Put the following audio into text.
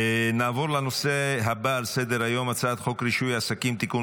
הודעה לסגנית מזכיר